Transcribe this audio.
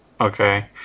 Okay